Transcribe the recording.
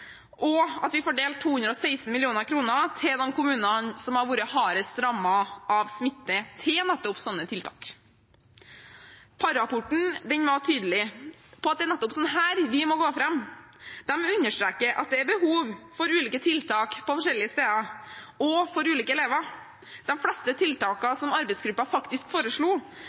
og at vi får delt 216 mill. kr til de kommunene som har vært hardest rammet av smitte, til nettopp slike tiltak. Parr-rapporten var tydelig på at det er nettopp slik vi må gå fram. Den understreker at det er behov for ulike tiltak på forskjellige steder og for ulike elever. De fleste tiltakene som arbeidsgruppa faktisk foreslo,